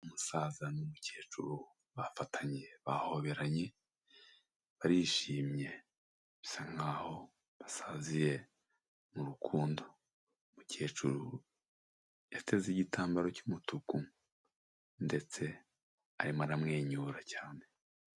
Umusaza n'umukecuru bafatanye bahoberanye, barishimye bisa nk'aho basaziye mu rukundo. Umukecuru yateze igitambaro cy'umutuku, ndetse arimo aramwenyura cyane.